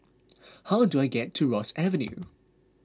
how do I get to Ross Avenue